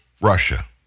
Russia